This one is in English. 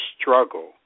struggle